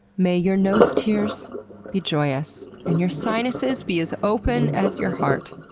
may your nose tears be joyous and your sinuses be as open as your heart.